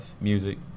music